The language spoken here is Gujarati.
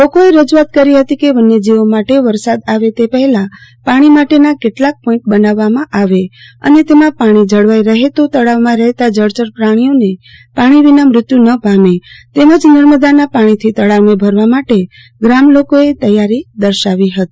લોકોએ રજુઆત કરી ફતી કે વન્ય જીવો માટે વરસાદ આવે તે પહેલા પાણી માટેના કેટલાક પોઈન્ટ બનાવવામાં આવે અને તેમાં પાણી જળવાઈ રહે તો તળાવમાં રહેતા જળચર પ્રાણીઓને પાણી વિના મૃત્યુ ન પામે તેમજ નર્મદાના પાણીથી તળાવને ભરવા માટે ગામલોકોએ તૈયારી દર્શાવી હતી